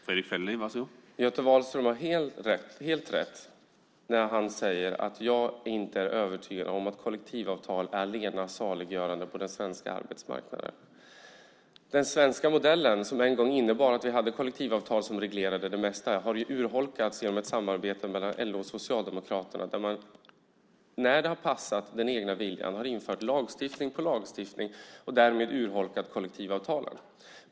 Herr talman! Göte Wahlström har helt rätt när han säger att jag inte är övertygad om att kollektivavtal är allena saliggörande på den svenska arbetsmarknaden. Den svenska modellen, som en gång innebar att vi hade kollektivavtal som reglerade det mesta, har urholkats genom ett samarbete mellan LO och Socialdemokraterna där man, när det har passat den egna viljan, har infört lagstiftning på lagstiftning och därmed urholkat kollektivavtalen.